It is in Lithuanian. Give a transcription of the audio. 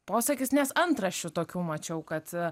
posakis nes antraščių tokių mačiau kad